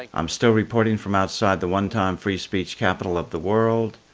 like i'm still reporting from outside the one-time free speech capital of the world.